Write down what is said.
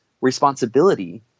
responsibility